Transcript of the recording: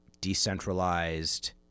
decentralized